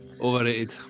Overrated